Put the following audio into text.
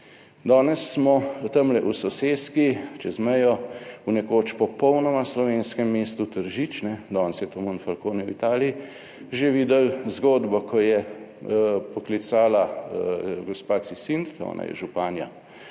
Danes smo tamle v soseski, čez mejo, v nekoč popolnoma slovenskem mestu Tržič, danes je to Monfalcone v Italiji, že videli zgodbo, ko je poklicala gospa Cisint, ona je županja